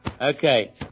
Okay